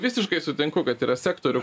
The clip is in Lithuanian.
visiškai sutinku kad yra sektorių